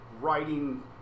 writing